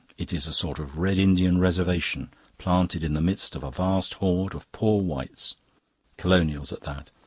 it is a sort of red indian reservation planted in the midst of a vast horde of poor whites colonials at that.